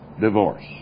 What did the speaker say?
divorce